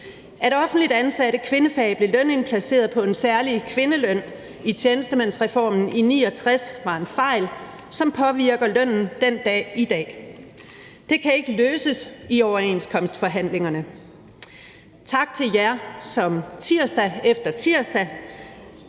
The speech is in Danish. At offentligt ansatte kvindefag blev lønindplaceret på en særlig kvindeløn i tjenestemandsreformen i 1969 var en fejl, som påvirker lønnen den dag i dag. Det kan ikke løses i overenskomstforhandlingerne. Tak til jer, som tirsdag efter tirsdag